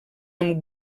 amb